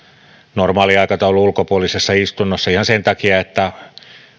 normaaliaikataulun ulkopuolisessa istunnossa jo ihan sen takia että